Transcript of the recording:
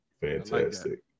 Fantastic